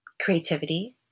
creativity